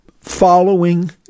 following